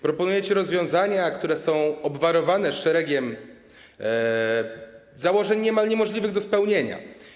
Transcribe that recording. Proponujecie rozwiązania, które są obwarowane szeregiem założeń niemal niemożliwych do spełnienia.